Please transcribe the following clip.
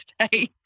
today